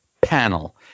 panel